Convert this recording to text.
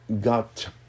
got